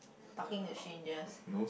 talking to strangers